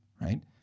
Right